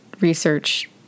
research